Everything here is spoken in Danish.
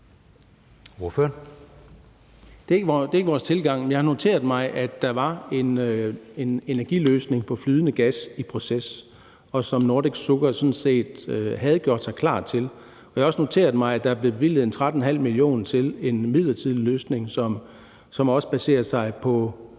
Det er ikke vores tilgang. Jeg har noteret mig, at der var en energiløsning med flydende gas i proces, og som Nordic Sugar sådan set havde gjort sig klar til. Og jeg har også noteret mig, at der er bevilget 13,5 mio. kr. til en midlertidig løsning, som også baserer sig på,